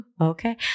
Okay